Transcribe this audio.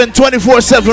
24-7